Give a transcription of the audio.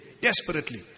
desperately